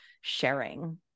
sharing